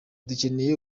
dukeneye